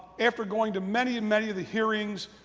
after going to many, and many of the hearings,